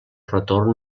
retorn